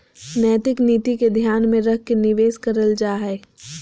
नैतिक नीति के ध्यान में रख के निवेश करल जा हइ